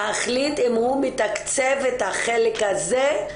לקחנו חלק גם בהיבטים וגם קיבלנו התייחסויות שונות שנוגעות לנושא הזה.